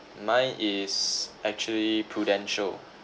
mine is actually prudential